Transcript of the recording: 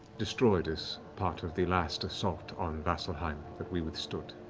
destroyed as part of the last assault on vasselheim that we withstood.